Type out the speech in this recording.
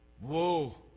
Whoa